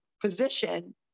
position